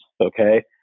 Okay